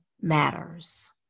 matters